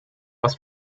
was